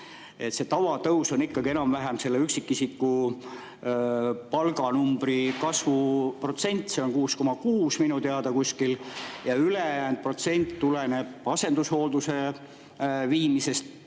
Tavatõus on ikkagi enam-vähem üksikisiku palganumbri kasvu protsent, see on minu teada 6,6%, ja ülejäänud protsent tuleneb asendushoolduse viimisest